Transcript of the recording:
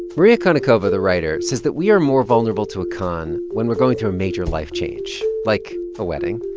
maria konnikova, the writer, says that we are more vulnerable to a con when we're going through a major life change, like a wedding.